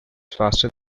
faster